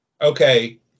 Okay